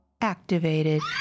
activated